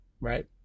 Right